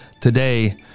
today